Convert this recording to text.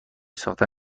ساخت